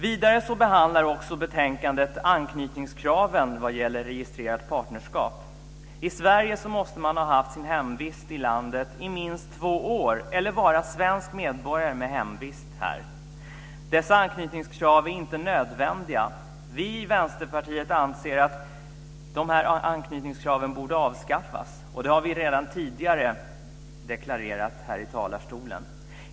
Vidare behandlar betänkandet anknytningskraven vad gäller registrerat partnerskap. För att registrera partnerskap i Sverige måste man ha haft sin hemvist i landet i minst två år eller vara svensk medborgare med hemvist här. Dessa anknytningskrav är inte nödvändiga. Vi i Vänsterpartiet anser att de borde avskaffas. Det har vi redan tidigare deklarerat här i talarstolen.